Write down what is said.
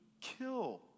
kill